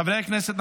חברי הכנסת,